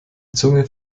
zunge